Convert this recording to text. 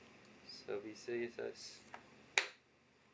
service services